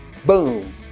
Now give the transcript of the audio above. Boom